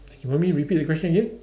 you want me to repeat the question again